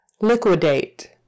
Liquidate